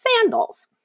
sandals